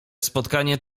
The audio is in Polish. spotkanie